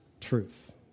truth